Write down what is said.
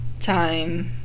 time